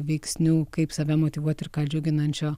veiksnių kaip save motyvuoti ir ką džiuginančio